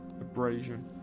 abrasion